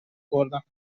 بردم